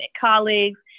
colleagues